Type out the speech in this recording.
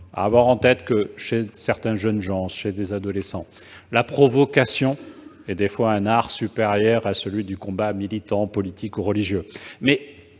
à garder en tête que, pour certains jeunes gens, certains adolescents, la provocation est un art supérieur à celui du combat militant, politique ou religieux.